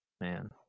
man